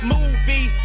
Movie